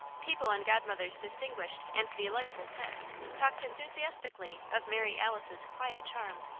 people in godmother's distinguished and delightful set talked enthusiastically of mary alice's quiet charm,